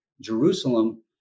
Jerusalem